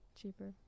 Cheaper